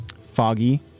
foggy